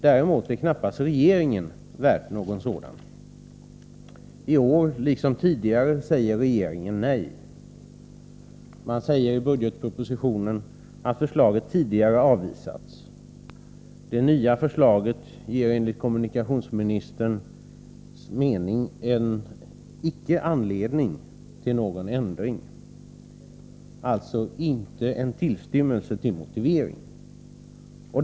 Däremot är knappast regeringen värd någon sådan. I år, liksom tidigare, säger regeringen nej. Man säger i budgetpropositionen att förslaget tidigare avvisats. Det nya förslaget ger enligt kommunikationsministerns mening inte anledning till någon ändring. Alltså inte en tillstymmelse till motivering!